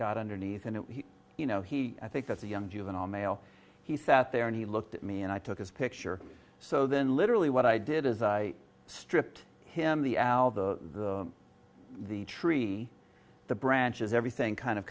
got underneath and it you know he i think that's a young juvenile male he sat there and he looked at me and i took his picture so then literally what i did is i stripped him the al the the tree the branches everything kind of